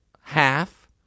half